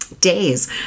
days